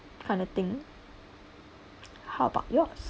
kind of thing how about yours